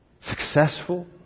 successful